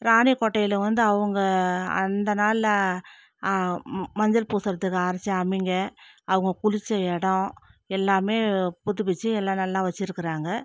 ராணிக்கோட்டையில் வந்து அவங்க அந்த நாளில் மஞ்சள் பூசறதுக்கு அரைத்த அம்மிங்க அவங்க குளித்த இடம் எல்லாமே புதுப்பிச்சு எல்லாம் நல்லா வச்சுருக்குறாங்க